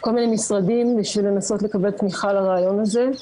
כל מיני משרדים בשביל לנסות לקבל תמיכה לרעיון הזה,